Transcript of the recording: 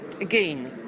again